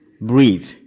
breathe